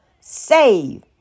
save